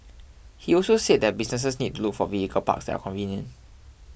he also said that businesses need to look for vehicle parks that are convenient